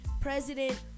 President